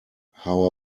how